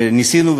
ניסינו,